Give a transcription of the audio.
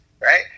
Right